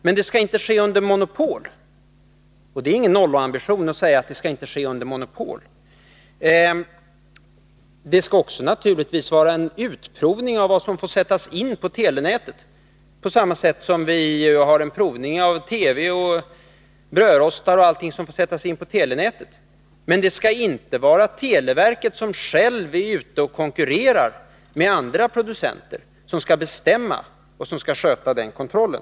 Men det skall inte ske under monopol — och det är ingen nollambition att säga att det inte skall ske under monopol. Det skall naturligtvis också vara en utprovning av vad som får sättas in på telenätet, på samma sätt som vi har en provning av TV och brödrostar och allting som får sättas in på elnätet. Men det skall inte vara televerket — som självt är ute och konkurrerar med andra producenter — som bestämmer och sköter den kontrollen.